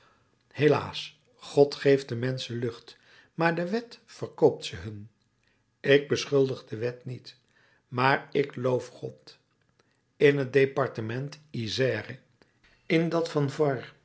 helaas god geeft den menschen lucht maar de wet verkoopt ze hun ik beschuldig de wet niet maar ik loof god in het departement isère in dat